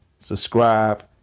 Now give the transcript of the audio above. subscribe